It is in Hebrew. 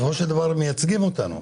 הם מייצגים אותנו.